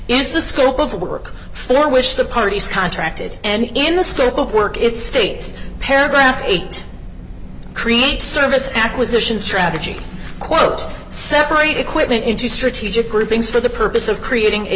is the scope of work for wish the parties contracted and in the scope of work it's states paragraph eight create service acquisition strategy quote separate equipment into strategic groupings for the purpose of creating a